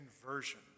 conversion